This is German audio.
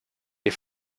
wir